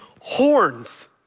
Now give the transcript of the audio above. horns